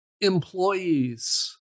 employees